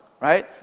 right